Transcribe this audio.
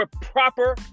proper